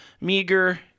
Meager-